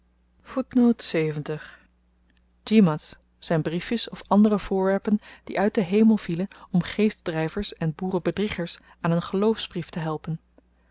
djimats zyn briefjes of andere voorwerpen die uit den hemel vielen om geestdryvers en boerenbedriegers aan n geloofsbrief te helpen